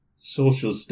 Social